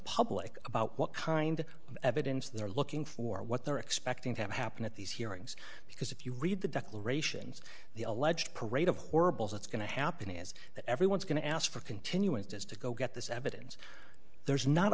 public about what kind of evidence they're looking for what they're expecting to have happen at these hearings because if you read the declarations the alleged parade of horribles that's going to happen is that everyone's going to ask for continuances to go get this evidence there's not